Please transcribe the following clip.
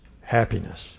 happiness